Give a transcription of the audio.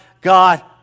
God